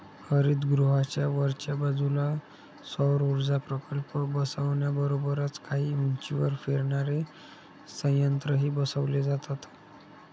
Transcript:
हरितगृहाच्या वरच्या बाजूला सौरऊर्जा प्रकल्प बसवण्याबरोबरच काही उंचीवर फिरणारे संयंत्रही बसवले जातात